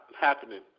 happening